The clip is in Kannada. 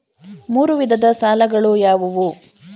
ಮೂರು ವಿಧದ ಸಾಲಗಳು ಯಾವುವು?